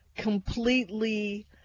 Completely